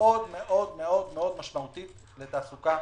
מאוד-מאוד משמעותית לתעסוקה,